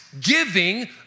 giving